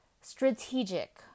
strategic